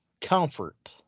comfort